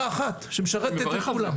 שמשרתת את כולם.